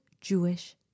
Jewish